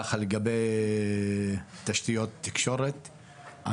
לגבי תשתיות תקשורת,